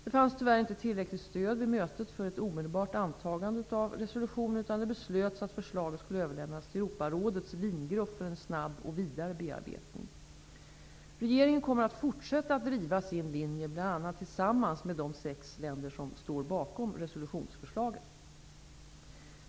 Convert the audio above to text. Det fanns tyvärr inte tillräckligt stöd vid mötet för ett omedelbart antagande av resolutionen utan det beslöts att förslaget skulle överlämnas till Europarådets Wiengrupp för en snabb och vidare bearbetning. Regeringen kommer att fortsätta att driva sin linje bl.a. tillsammans med de sex länder som står bakom resolutionsförslaget.